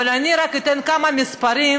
אני רק אתן כמה מספרים,